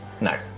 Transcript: No